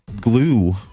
glue